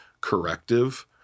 corrective